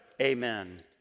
Amen